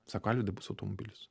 sako alvydai bus automobilis